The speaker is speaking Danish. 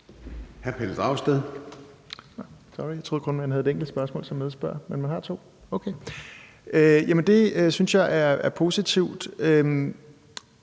Pelle Dragsted (EL): Jeg troede, at man kun havde et enkelt spørgsmål som medspørger, men man har altså to. Det synes jeg er positivt,